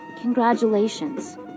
congratulations